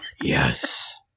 yes